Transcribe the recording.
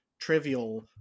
trivial